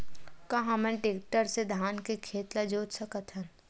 का हमन टेक्टर से धान के खेत ल जोत सकथन?